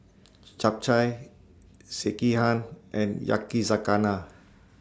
Japchae Sekihan and Yakizakana